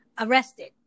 arrested